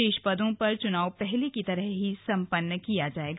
शेष पदों पर चुनाव पहले की तरह सम्पन्न किया जाएगा